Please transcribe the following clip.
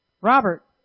Robert